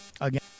Again